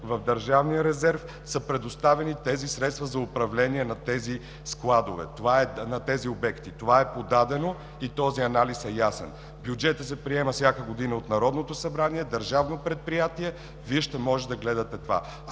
в държавния резерв са предоставени средства за управление на тези складове, на тези обекти. Това е подадено и анализът е ясен. Бюджетът се приема всяка година от Народното събрание. Държавното предприятие – Вие ще може да гледате това,